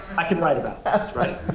i can write about that, right?